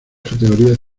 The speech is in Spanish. categorías